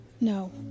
no